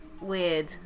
weird